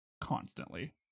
constantly